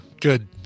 good